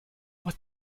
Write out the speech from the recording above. what